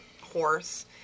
horse